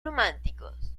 románticos